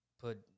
put